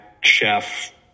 chef